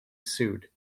sued